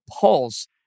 Pulse